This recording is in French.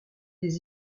des